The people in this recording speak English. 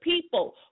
people